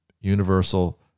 universal